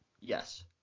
Yes